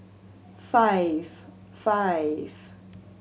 five five